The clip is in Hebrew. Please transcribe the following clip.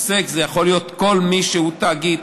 עוסק יכול להיות כל מי שהוא תאגיד,